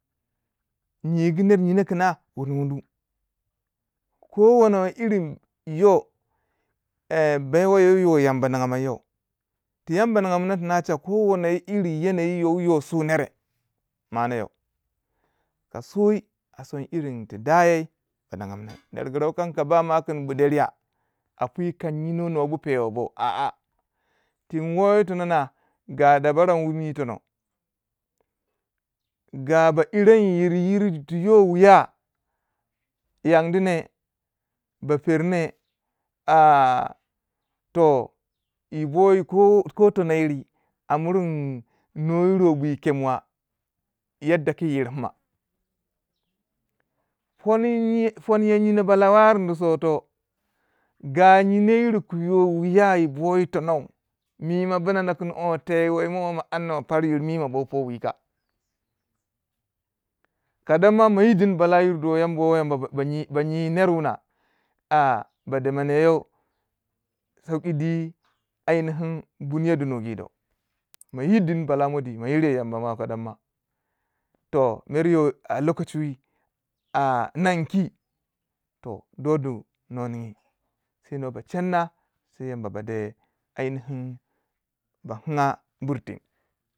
niguyo nyino kina wunu wunu ko wo no irinyo em baiwa wu yo yamba ninga manyo, ko wono iri wu yo su nere ma ana yoh ka sui a son irin tu daya ba ningan mina nur wu gira wukan ka ba ma kun bu deriya nyino nuwa bu pewa boh a tunwoyi tono nah ga daba ra wun yo woyi tono, ga dabara wuyo niyau wiya yandi ne ba per ne a toh yi bo yi ko tono yiri a miringu nuwa yiro bu yi ken mwa yad da ku yi yir pima poni poniya nyino ba yarini so ko, ga nyino yir ku yo wuya yi boyi tono mima wuna na kun on te yi wai mowo an noh par yir mima bo powi yika ka danag mo yi din balayir do yambawo yamba ba nyi nyi ner wuna a ba de mane yo sauki di anihin bun mo di ningi do, ma yi din bala mo di mo yiriwai yamba ma kandaman wai yoh. toh mer yo lokachi wu yi a nan ki toh do du nuwa ningi sai nuwa ba chan na sai yamba ba deh ani hin ba kinga burteng.